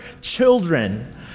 children